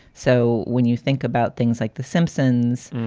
so when you think about things like the simpsons,